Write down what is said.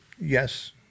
Yes